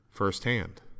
firsthand